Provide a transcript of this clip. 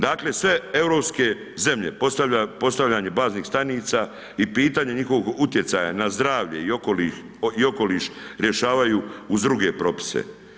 Dakle, sve europske zemlje, postavljanje baznih stanica i pitanje njihovog utjecaja na zdravlje i okoliš rješavaju uz druge propise.